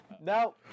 Now